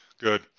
good